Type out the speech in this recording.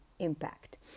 impact